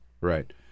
Right